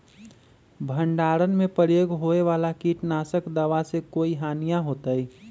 भंडारण में प्रयोग होए वाला किट नाशक दवा से कोई हानियों होतै?